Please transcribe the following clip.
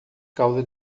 causa